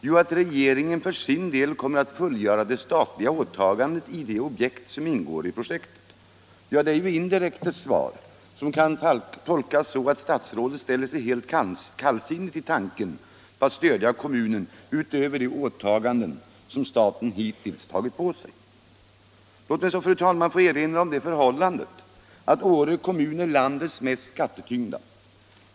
Jo, att regeringen för sin del kommer att fullgöra det statliga åtagandet i de objekt som ingår i projektet. Ja, det är ju ett indirekt svar, som kan tolkas så, att statsrådet ställer sig helt kallsinnig till tanken att gå in och stödja kommunen Åre utöver de åtaganden som staten hittills gjort. Låt mig så, fru talman, erinra om det förhållandet att Åre kommun är landets mest skattetyngda.